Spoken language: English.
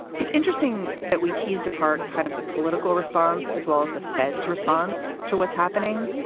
it's interesting that we teased apart kind of the political response as well as the fed's response to what's happening,